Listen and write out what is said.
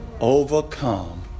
Overcome